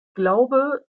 glaube